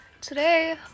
today